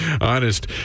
Honest